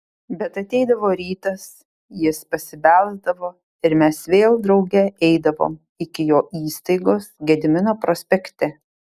bet ateidavo rytas jis pasibelsdavo ir mes vėl drauge eidavome iki jo įstaigos gedimino prospekte